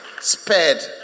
spared